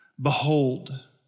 Behold